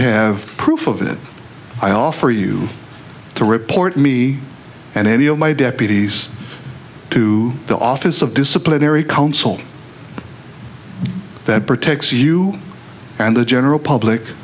have proof of it i offer you to report me and any of my deputies to the office of disciplinary counsel that protects you and the general public